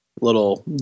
little